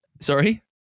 Sorry